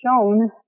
shown